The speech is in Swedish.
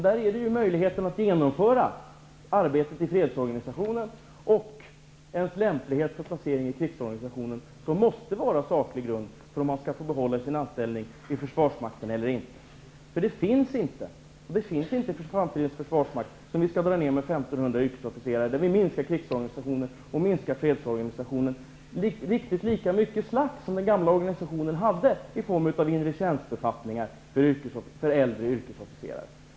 Där är möjligheten att genomföra arbetet i fredsorganisationen och ens lämplighet för placering i krigsorganisationen som måste vara saklig grund för om man skall få behålla sin anställning i försvarsmakten eller inte. När vi nu skall dra ned med 1 500 yrkesofficerare och minska krigsorganisationen och fredsorganisationen finns det inte lika mycket ''slatt'' som den gamla organisationen hade i form av inre tjänstbefattningar för äldre yrkesofficerare.